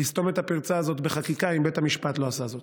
לסתום את הפרצה הזאת בחקיקה אם בית המשפט לא יעשה זאת.